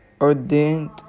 ordained